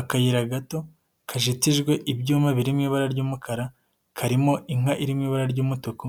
akayira gato kazitijwe ibyuma biri mu ibara ry'umukara, karimo inka iri mu ibara ry'umutuku,